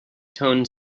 tone